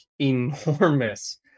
enormous